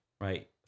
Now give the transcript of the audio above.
right